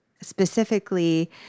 specifically